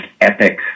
epic